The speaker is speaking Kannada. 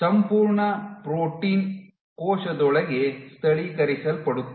ಸಂಪೂರ್ಣ ಪ್ರೋಟೀನ್ ಕೋಶದೊಳಗೆ ಸ್ಥಳೀಕರಿಸಲ್ಪಡುತ್ತದೆ